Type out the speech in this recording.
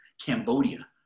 Cambodia